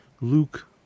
Luke